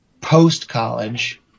post-college